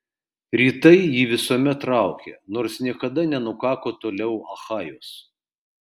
rytai jį visuomet traukė nors niekada nenukako toliau achajos